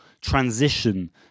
transition